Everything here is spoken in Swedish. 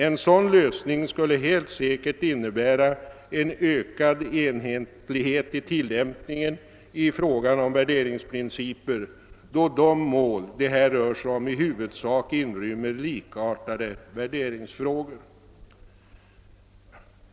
En sådan lösning skulle helt säkert innebära ökad enhetlighet i tilllämpningen i fråga om värderingsprinciper, då de mål det här rör sig om i huvudsak inrymmer likartade värderingsfrågor.